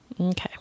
Okay